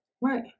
right